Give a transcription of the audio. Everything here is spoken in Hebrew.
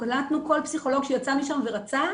כל פסיכולוג שיצא משם ורצה,